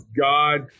God